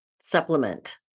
supplement